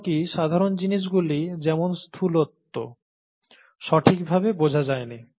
এমনকি সাধারণ জিনিসগুলি যেমন স্থূলত্ব সঠিকভাবে বোঝা যায়নি